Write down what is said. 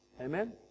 Amen